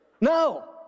No